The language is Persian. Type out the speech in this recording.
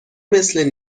مثل